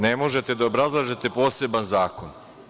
Ne možete da obrazlažete poseban zakon.